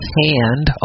hand